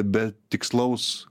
be tikslaus